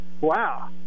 wow